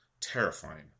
terrifying